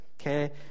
okay